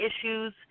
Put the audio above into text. issues